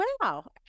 wow